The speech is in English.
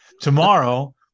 Tomorrow